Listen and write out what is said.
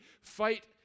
fight